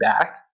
back